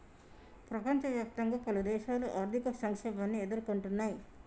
ప్రపంచవ్యాప్తంగా పలుదేశాలు ఆర్థిక సంక్షోభాన్ని ఎదుర్కొంటున్నయ్